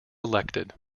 elected